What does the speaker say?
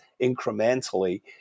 incrementally